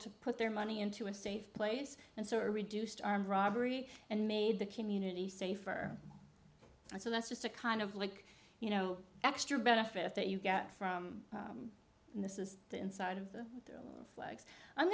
to put their money into a safe place and so reduced armed robbery and made the community safer so that's just a kind of like you know extra benefit that you get from this is the inside of the flags i'm